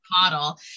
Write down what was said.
model